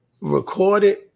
Recorded